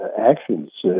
actions